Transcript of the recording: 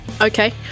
Okay